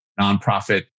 nonprofit